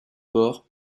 port